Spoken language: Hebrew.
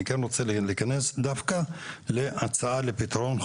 אני כן רוצה להיכנס דווקא להצעה לפתרון.